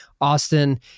Austin